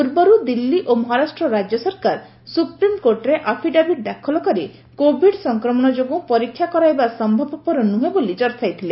ପୂର୍ବରୁ ଦିଲ୍ଲୀ ଓ ମହାରାଷ୍ଟ୍ର ରାଜ୍ୟ ସରକାର ସୁପ୍ରିମକୋର୍ଟରେ ଆଫିଡାଭିଟ୍ ଦାଖଲ କରି କୋଭିଡ ସଂକ୍ରମଣ ଯୋଗୁଁ ପରୀକ୍ଷା କରାଇବା ସମ୍ଭବପର ନୁହେଁ ବୋଲି ଦର୍ଶାଇଥିଲେ